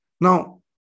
Now